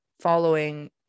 following